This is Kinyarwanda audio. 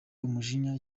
umujinya